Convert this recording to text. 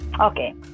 Okay